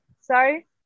sorry